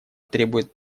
требует